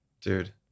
Dude